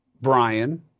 Brian